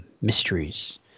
Mysteries